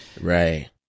Right